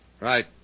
Right